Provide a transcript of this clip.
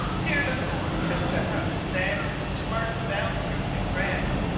here la corne had set up his standard to mark the boundary of new france,